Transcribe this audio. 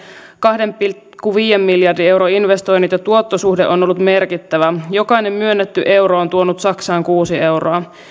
kahden pilkku viiden miljardin euron investoinnit ja tuottosuhde on ollut merkittävä jokainen myönnetty euro on tuonut saksaan kuusi euroa